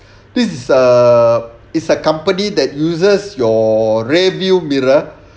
this is a is a company that uses your rear view mirror